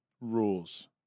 rules